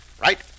right